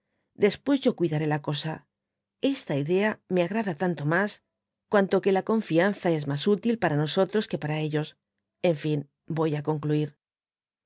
después yo cuidan la cosa esta idea me agrada tanto mas cuanto que la confianza es mas útil para nosotros que para ellos en fin toy á concluir